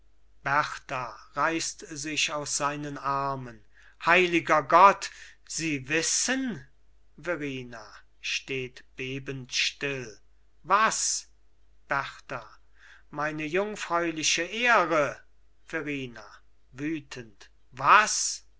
berta reißt sich aus seinen armen heiliger gott sie wissen verrina steht bebend still was berta meine jungfräuliche ehre verrina wütend was